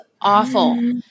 awful